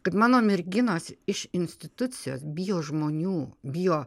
kad mano merginos iš institucijos bijo žmonių bijo